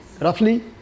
roughly